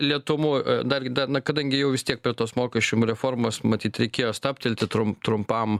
lėtumu dar gi na kadangi jau vis tiek prie tos mokesčium reformos matyt reikėjo stabtelti trum trumpam